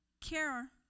care